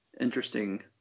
interesting